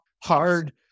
hard